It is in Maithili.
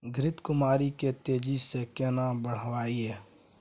घृत कुमारी के तेजी से केना बढईये?